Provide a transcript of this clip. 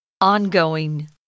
Ongoing